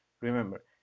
Remember